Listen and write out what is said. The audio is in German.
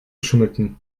schmücken